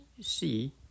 see